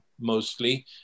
mostly